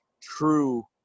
true